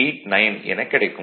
89 எனக் கிடைக்கும்